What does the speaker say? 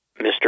Mr